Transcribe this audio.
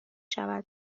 شود